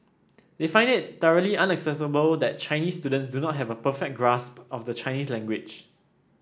they find it thoroughly unacceptable that Chinese students do not have a perfect grasp of the Chinese language